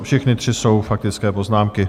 Všechny tři jsou faktické poznámky.